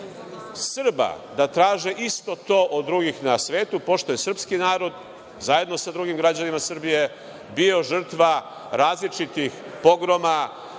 da traže isto to od drugih na svetu, pošto je srpski narod zajedno sa drugim građanima Srbije bio žrtva različitih pogroma,